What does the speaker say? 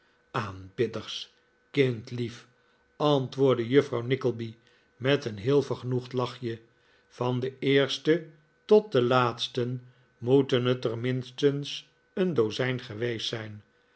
aanbidders kindlief antwoordde juffrouw nickleby met een heel vergenoegd lachje van den eersten tot den laatsten moeten het er minstens een dozijn geweest zijn